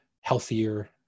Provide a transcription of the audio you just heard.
healthier